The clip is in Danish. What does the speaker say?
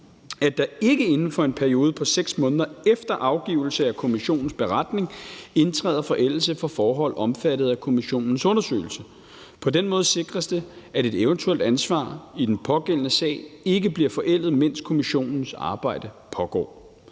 at der ikke inden for en periode på 6 måneder efter afgivelse af kommissionens beretning indtræder forældelse for forhold omfattet af kommissionens undersøgelse. På den måde sikres det, at et eventuelt ansvar i den pågældende sag ikke bliver forældet, mens kommissionens arbejde pågår.